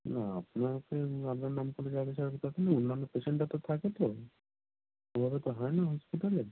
না আপনাকে আপনার নাম করলে যে আগে ছাড়বে তা তো নয় অন্যান্য পেশেন্টরা তো থাকে তো ওভাবে তো হয় না হসপিটালে